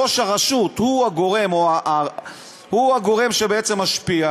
מכיוון שראש הרשות הוא הגורם שבעצם משפיע.